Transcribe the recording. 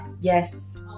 Yes